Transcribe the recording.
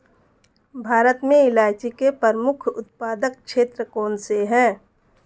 भारत में इलायची के प्रमुख उत्पादक क्षेत्र कौन से हैं?